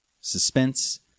Suspense